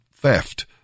theft